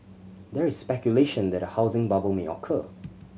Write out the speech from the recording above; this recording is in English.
there is speculation that a housing bubble may occur